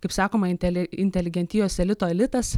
kaip sakoma intelė inteligentijos elito elitas